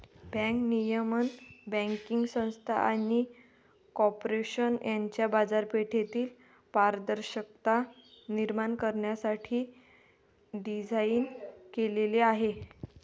bank नियमन banking संस्था आणि कॉर्पोरेशन यांच्यात बाजारपेठेतील पारदर्शकता निर्माण करण्यासाठी डिझाइन केलेले आहे